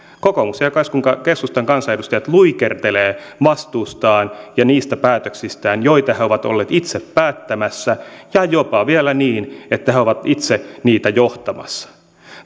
kokoomuksen ja keskustan kansanedustajat luikertelevat vastuustaan ja niistä päätöksistään joita he ovat olleet itse päättämässä ja jopa vielä niin että he ovat itse niitä johtamassa